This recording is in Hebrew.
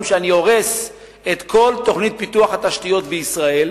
שאני הורס את כל תוכנית פיתוח התשתיות בישראל,